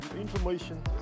information